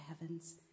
heavens